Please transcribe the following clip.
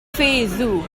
feddw